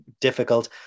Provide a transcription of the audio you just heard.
difficult